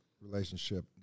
relationship